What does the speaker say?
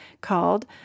called